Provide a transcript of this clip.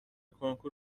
کنکور